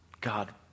God